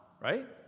right